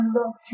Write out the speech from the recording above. love